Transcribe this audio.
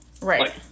Right